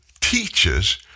teaches